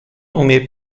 umie